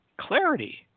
clarity